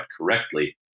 correctly